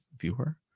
viewer